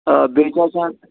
آ بیٚیہِ چھِ آسان